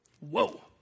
Whoa